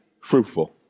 fruitful